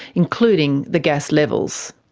including the gas levels.